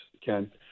Ken